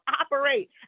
operate